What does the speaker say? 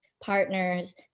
partners